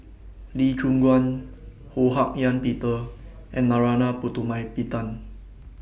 Lee Choon Guan Ho Hak Ean Peter and Narana Putumaippittan